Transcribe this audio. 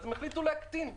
אז הם החליטו להקטין.